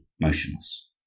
motionless